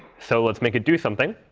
so let's make it do something.